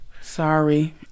Sorry